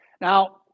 Now